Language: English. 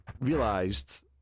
realised